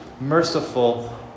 merciful